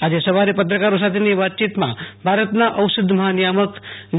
આજે સવારે પત્રકારો સાથેની વાતયીતમાં ભારતના ઔષધ મહાનિથામક વી